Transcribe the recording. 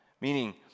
meaning